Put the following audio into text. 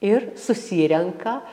ir susirenka